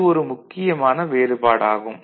இது ஒரு முக்கியமான வேறுபாடு ஆகும்